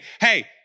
hey